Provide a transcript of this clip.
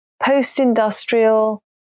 post-industrial